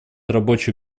рабочей